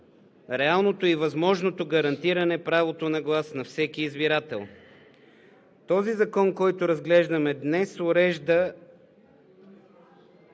реалното и възможното гарантиране правото на глас на всеки избирател. Този закон, който разглеждаме днес, урежда